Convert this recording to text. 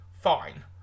fine